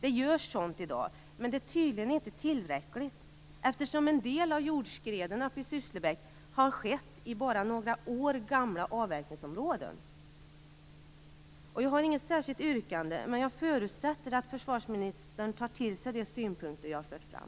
Det görs sådant i dag, men det är tydligen inte tillräckligt eftersom en del av jordskreden uppe i Sysslebäck har skett i bara några år gamla avverkningsområden. Jag har inget särskilt yrkande, men jag förutsätter att försvarsministern tar till sig de synpunkter jag har fört fram.